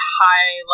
high